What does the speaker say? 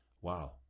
wow